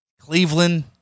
Cleveland